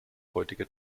heutige